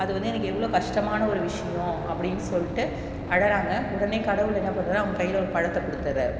அது வந்து எனக்கு எவ்வளோ கஷ்டமான ஒரு விஷயோம் அப்படின் சொல்லிட்டு அழறாங்க உடனே கடவுள் என்ன பண்ணுறாரு அவங்க கையில ஒரு பழத்தை கொடுத்துட்றாரு